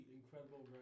Incredible